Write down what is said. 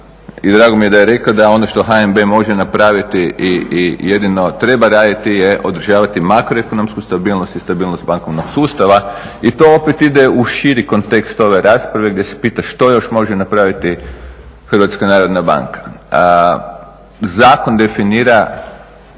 drago mi je da je rekla da ono što HNB može napraviti i jedino treba raditi je održavati makroekonomsku stabilnost i stabilnost bankovnog sustava. I to opet ide u širi kontekst ove rasprave gdje se pitamo što još može napraviti HNB? Zakon definira